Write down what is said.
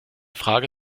frage